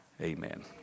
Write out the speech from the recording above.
amen